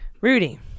Rudy